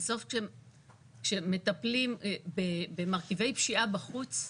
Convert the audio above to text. בסוף כשמטפלים במרכיבי פשיעה בחוץ,